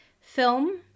film